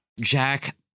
jack